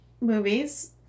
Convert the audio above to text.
movies